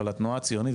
אבל התנועה הציונית,